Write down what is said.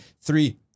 three